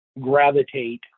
gravitate